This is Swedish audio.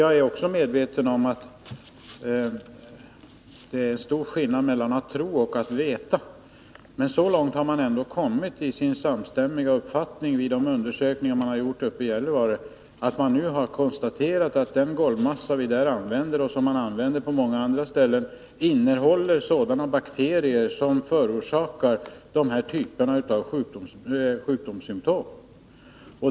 Jag är också medveten om att det är stor skillnad mellan att tro och att veta, men så långt har man ändå kommit vid de undersökningar man gjort uppe i Gällivare att man samstämmigt konstaterat att den golvmassa som där används och som används på många andra ställen innehåller bakterier som förorsakar sjukdomssymtom.